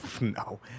No